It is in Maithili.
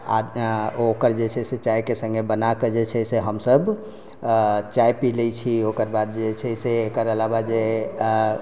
ओकर जे छै से चाय के संगे बनाए कऽ जे छै से हमसब चाय पी लै छी ओकरबाद जे छै से एकर अलावा जे